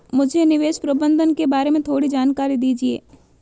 मुझे निवेश प्रबंधन के बारे में थोड़ी जानकारी दीजिए